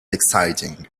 exciting